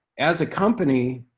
as a company,